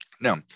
Now